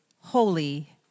Holy